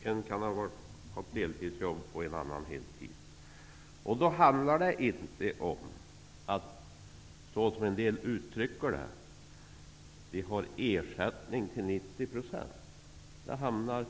En kan ha haft deltidsjobb och en annan heltid. Då handlar det inte om, som en del uttrycker det, att man får ersättning till 90 %. Ersättningen hamnar